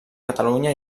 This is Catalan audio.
catalunya